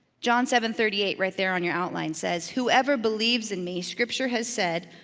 john seven thirty eight, right there on your outline says, whoever believes in me, scripture has said,